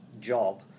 job